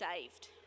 saved